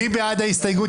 מי בעד ההסתייגות?